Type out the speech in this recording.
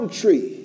tree